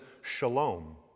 shalom